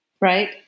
Right